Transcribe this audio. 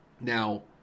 Now